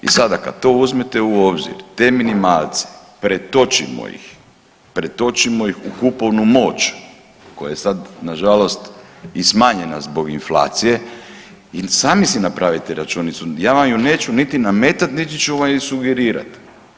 I sada kad to uzmete u obzir te minimalce, pretočimo ih, pretočimo ih u kupovnu moć koja je sad nažalost i smanjena zbog inflacije i sami se napravite računicu, ja vam ju neću niti nametat niti ću vam je sugerirat.